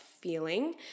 feeling